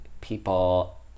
people